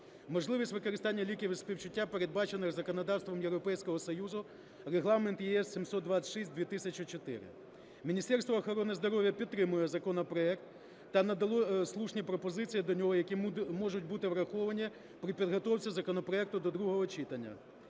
Можливість використання ліків зі співчуття передбачено законодавством Європейського Союзу Регламент ЄС 726/2004. Міністерство охорони здоров'я підтримує законопроект та надало слушні пропозиції до нього, які можуть бути враховані при підготовці законопроекту до другого читання.